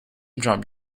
dropped